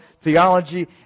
theology